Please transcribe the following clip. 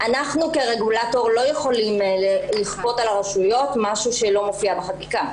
אנחנו כרגולטור לא יכולים לכפות על הרשויות מה שלא נקבע בחקיקה.